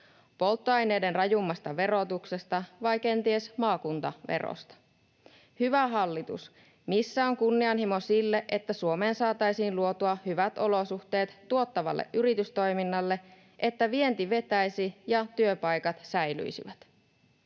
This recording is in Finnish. Polttoaineiden rajummasta verotuksesta vai kenties maakuntaverosta? Hyvä hallitus, missä on kunnianhimo siinä, että Suomeen saataisiin luotua hyvät olosuhteet tuottavalle yritystoiminnalle, että vienti vetäisi ja työpaikat säilyisivät,